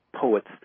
poets